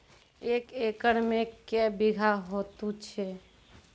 एक एकरऽ मे के बीघा हेतु छै?